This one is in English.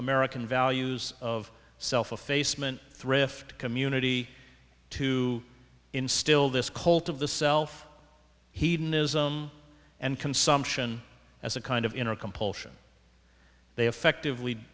american values of self effacement thrift community to instill this cult of the self hedonism and consumption as a kind of inner compulsion they affective